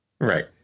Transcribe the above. Right